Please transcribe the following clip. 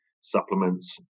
supplements